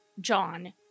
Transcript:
John